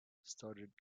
started